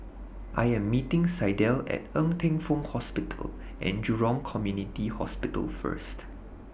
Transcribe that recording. I Am meeting Sydell At Ng Teng Fong Hospital and Jurong Community Hospital First